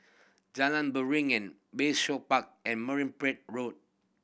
Jalan Beringin Bayshore Park and Marine Parade Road